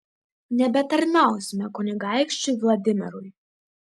nebetarnausime kunigaikščiui vladimirui